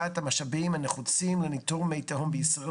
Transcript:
את המשאבים הנחוצים לניטור מי תהום בישראל,